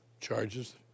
charges